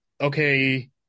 okay